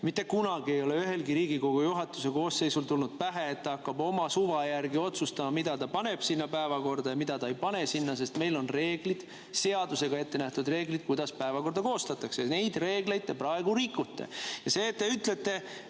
Mitte kunagi ei ole ühelgi Riigikogu juhatuse koosseisul tulnud pähe, et ta hakkab oma suva järgi otsustama, mida ta paneb sinna päevakorda ja mida ta ei pane sinna, sest meil on reeglid, seadusega ettenähtud reeglid, kuidas päevakorda koostatakse. Neid reegleid te praegu rikute. See, et te ütlete,